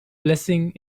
blessing